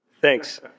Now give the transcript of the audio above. Thanks